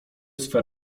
swe